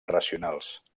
racionals